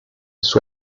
suo